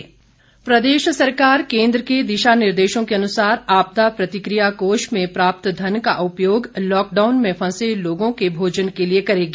आपदा कोष प्रदेश सरकार केन्द्र के दिशा निर्देशों के अनुसार आपदा प्रतिक्रिया कोष में प्राप्त धन का उपयोग लॉकडाउन में फंसे लोगों के भोजन के लिए करेगी